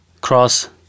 cross